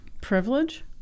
privilege